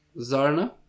zarna